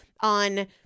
on